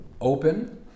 open